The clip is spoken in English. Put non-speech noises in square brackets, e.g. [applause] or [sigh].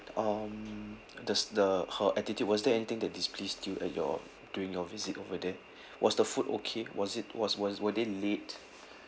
um does the her attitude was there anything that displeased you at your during your visit over there [breath] was the food okay was it was was were they late